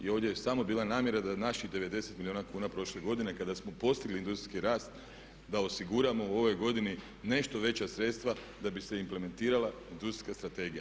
I ovdje je samo bila namjera da naših 90 milijuna kuna prošle godine kada smo postigli industrijski rast, da osiguramo u ovoj godini nešto veća sredstva da bi se implementirala Industrijska strategija.